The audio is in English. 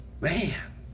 man